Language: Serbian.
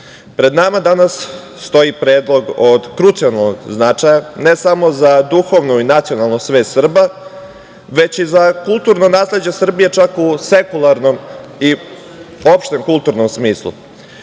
pred nama danas stoji predlog od krucijalnog značaja, ne samo za duhovnu i nacionalnu svest Srba, već i za kulturno nasleđe Srbije čak u sekularnom i opšte kulturnom smislu.